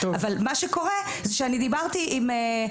אבל מה שקורה זה שאני דיברתי עם,